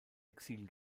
exil